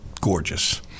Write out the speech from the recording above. gorgeous